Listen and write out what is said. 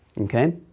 Okay